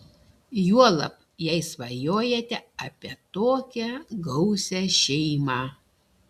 juolab jei svajojate apie tokią gausią šeimą